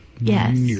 Yes